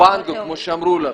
"פנגו", כמו שאמרו לך,